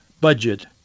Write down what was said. budget